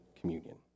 communion